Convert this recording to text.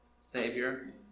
Savior